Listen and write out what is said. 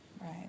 Right